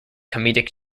comedic